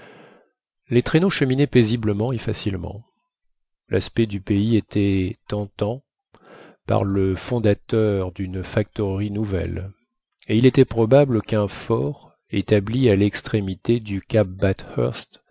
les traîneaux cheminaient paisiblement et facilement l'aspect du pays était tentant pour le fondateur d'une factorerie nouvelle et il était probable qu'un fort établi à l'extrémité du cap